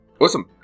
awesome